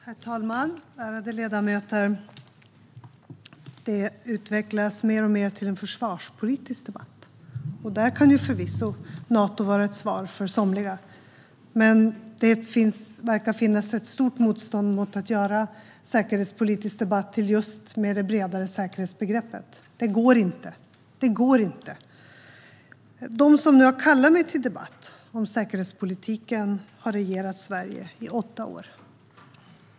Herr talman! Ärade ledamöter! Detta utvecklas mer och mer till en försvarspolitisk debatt, och där kan förvisso Nato vara ett svar för somliga. Men det verkar finnas ett stort motstånd mot att hålla en säkerhetspolitisk debatt med det bredare säkerhetsbegreppet. Det går inte! De som nu har kallat mig till debatt om säkerhetspolitiken har regerat Sverige i åtta år.